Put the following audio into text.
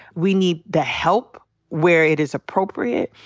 we need the help where it is appropriate.